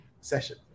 session